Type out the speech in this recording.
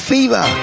Fever